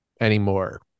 anymore